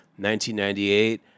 1998